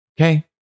Okay